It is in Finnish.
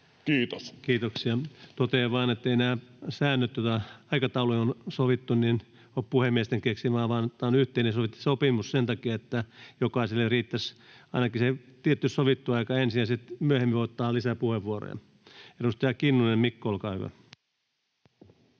Kiitos. Kiitoksia. — Totean vain, etteivät nämä säännöt, joita aikatauluihin on sovittu, ole puhemiesten keksimiä, vaan nämä on yhteisesti sovittu sen takia, että jokaiselle riittäisi ainakin se tietty sovittu aika ensin, sitten myöhemmin voi ottaa lisää puheenvuoroja. — Edustaja Kinnunen, Mikko, olkaa hyvä.